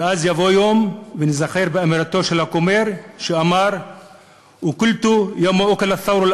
ואז יבוא יום שניזכר באמירתו של הכומר שאמר (אומר בערבית: